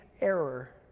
error